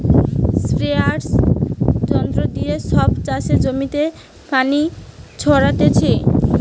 স্প্রেযাঁর যন্ত্র দিয়ে সব চাষের জমিতে পানি ছোরাটিছে